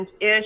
ish